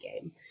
game